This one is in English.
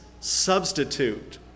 substitute